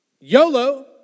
YOLO